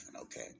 okay